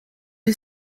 est